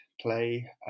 play